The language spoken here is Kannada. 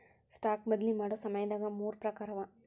ಸ್ಟಾಕ್ ಬದ್ಲಿ ಮಾಡೊ ಸಮಯದಾಗ ಮೂರ್ ಪ್ರಕಾರವ